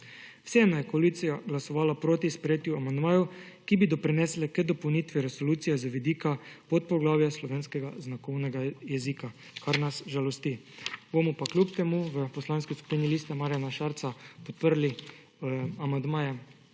Vseeno je koalicija glasovala proti sprejetju amandmajev, ki bi doprinesle k dopolnitvi resolucije z vidika podpoglavja slovenskega znakovnega jezika, kar nas žalosti. Bomo pa kljub temu v Poslanski skupini LMŠ podprli amandmaje